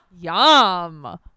Yum